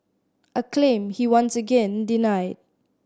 a claim he once again denied